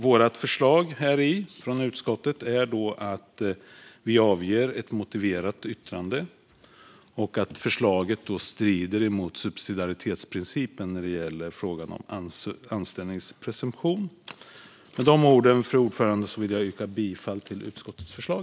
Vårt förslag från utskottet är att vi avger ett motiverat yttrande om att förslaget strider mot subsidiaritetsprincipen när det gäller frågan om anställningspresumtion. Fru talman! Med de orden vill jag yrka bifall till utskottets förslag.